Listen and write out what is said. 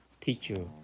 teacher